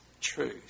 truth